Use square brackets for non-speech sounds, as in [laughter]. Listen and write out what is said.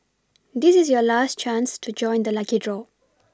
this is your last chance to join the lucky draw [noise]